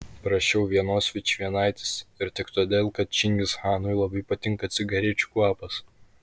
prašiau vienos vičvienaitės ir tik todėl kad čingischanui labai patinka cigarečių kvapas